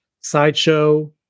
Sideshow